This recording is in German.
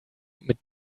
mit